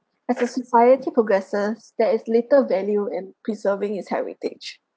as a society progresses there is little value in preserving its heritage